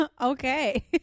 Okay